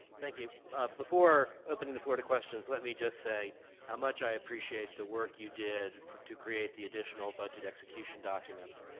thank you before opening the floor to questions let me just say how much i appreciate the work you did to create the additional budget execution documents